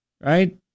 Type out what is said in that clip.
Right